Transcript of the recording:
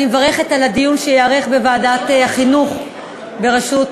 אני מברכת על הדיון שייערך בוועדת החינוך בראשות